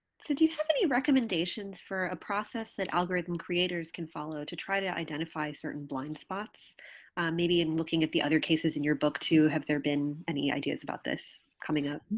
so do you have any recommendations for a process that algorithm creators can follow to try to identify certain blind spots maybe in looking at the other cases in your book, too, have there been any ideas about this coming up?